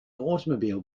automobile